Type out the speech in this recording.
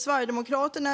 Sverigedemokraterna